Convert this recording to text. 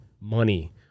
money